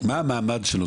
מה המעמד שלו?